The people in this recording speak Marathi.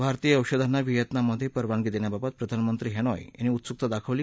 भारतीय औषधाना व्हिएतनाममधे परवानगी देण्याबाबत प्रधानमंत्री हॅनोई यांनी उत्सुकता दाखवली